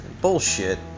Bullshit